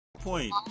Point